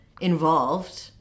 involved